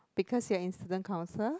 because you are insider counsellor